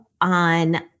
on